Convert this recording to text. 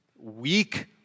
weak